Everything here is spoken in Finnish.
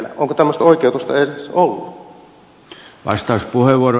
onko tämmöistä oikeutusta edes ollut